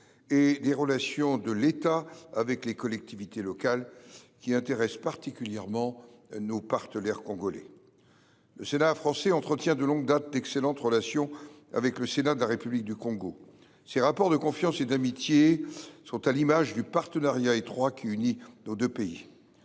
sur les relations de l’État avec les collectivités locales qui intéressent spécialement nos partenaires congolais. Le Sénat français entretient de longue date d’excellentes relations avec le Sénat de la République du Congo. Ces rapports de confiance et d’amitié sont à l’image du partenariat étroit qui unit nos deux pays.